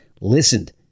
listened